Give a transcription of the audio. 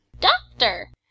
Doctor